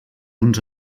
uns